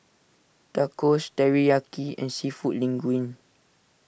Tacos Teriyaki and Seafood Linguine